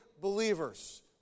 believers